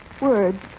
Words